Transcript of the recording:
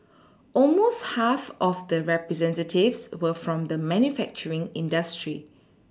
almost half of the representatives were from the manufacturing industry